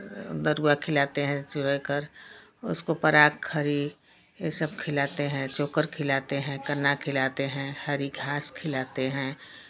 दरुआ खिलाते हैं कर उसको पराग खरी ये सब खिलाते हैं चोकर खिलाते हैं कन्ना खिलाते हैं खिलाते हैं हरी घास खिलाते हैं